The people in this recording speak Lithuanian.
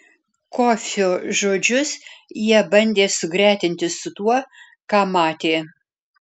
kofio žodžius jie bandė sugretinti su tuo ką matė